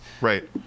right